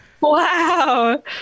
Wow